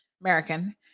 American